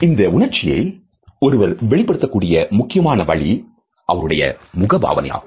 இந்த உணர்ச்சியை ஒருவர் வெளிப்படுத்தக்கூடிய முக்கியமான வழி அவருடைய முக பாவனை ஆகும்